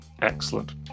Excellent